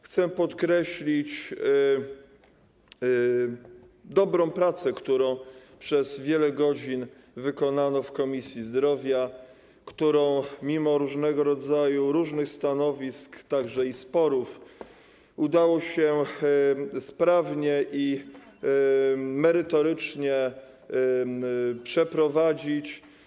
Chcę podkreślić dobrą pracę, którą przez wiele godzin wykonano w Komisji Zdrowia, którą mimo różnych stanowisk, także i sporów, udało się sprawnie i merytorycznie przeprowadzić.